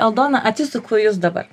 aldona atsisuku į jus dabar